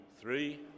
three